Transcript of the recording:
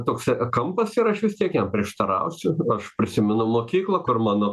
toks kampas ir aš vistiek jam prieštarausiu aš prisimenu mokyklą kur mano